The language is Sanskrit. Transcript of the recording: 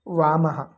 वामः